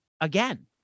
again